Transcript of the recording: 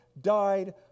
died